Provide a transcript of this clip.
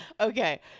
okay